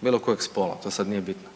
bilo kojeg spola to sad nije bitno.